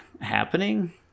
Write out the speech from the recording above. happening